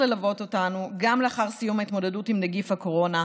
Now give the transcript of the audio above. ללוות אותנו לאחר סיום ההתמודדות עם נגיף הקורונה.